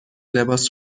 لباس